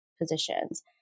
positions